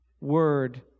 word